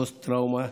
פוסט-טראומה,